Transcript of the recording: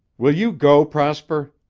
will you go, prosper?